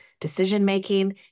decision-making